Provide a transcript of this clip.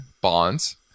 bonds